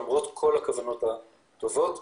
למרות כל הכוונות הטובות.